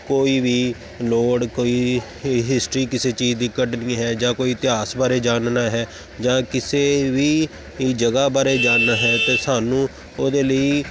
ਕੋਈ ਵੀ ਲੋੜ ਕੋਈ ਹਿ ਹਿਸਟਰੀ ਕਿਸੇ ਚੀਜ਼ ਦੀ ਕੱਢਣੀ ਹੈ ਜਾਂ ਕੋਈ ਇਤਿਹਾਸ ਬਾਰੇ ਜਾਨਣਾ ਹੈ ਜਾਂ ਕਿਸੇ ਵੀ ਜਗ੍ਹਾ ਬਾਰੇ ਜਾਨਣਾ ਹੈ ਤਾਂ ਸਾਨੂੰ ਉਹਦੇ ਲਈ